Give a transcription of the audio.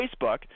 Facebook